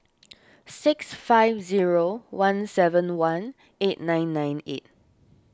six five zero one seven one eight nine nine eight